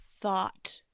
thought